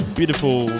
beautiful